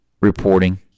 reporting